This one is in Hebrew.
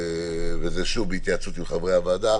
וזה, שוב, בהתייעצות עם חברי הוועדה